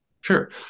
sure